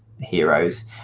heroes